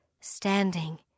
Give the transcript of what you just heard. standing